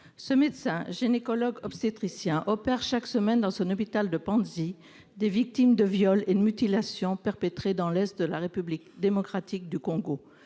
ce médecin gynécologue obstétricien, opère chaque semaine dans son hôpital de Panzi des victimes de viols et de mutilations perpétrées dans l'est de la République démocratique du Congo,